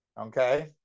okay